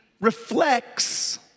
reflects